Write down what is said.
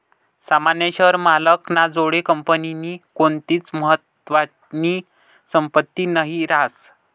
सामान्य शेअर मालक ना जोडे कंपनीनी कोणतीच महत्वानी संपत्ती नही रास